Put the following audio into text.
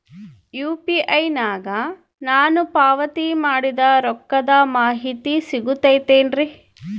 UPI ನಾಗ ನಾನು ಪಾವತಿ ಮಾಡಿದ ರೊಕ್ಕದ ಮಾಹಿತಿ ಸಿಗುತೈತೇನ್ರಿ?